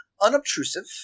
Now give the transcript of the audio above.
unobtrusive